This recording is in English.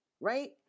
right